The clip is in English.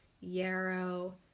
yarrow